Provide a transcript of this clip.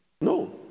No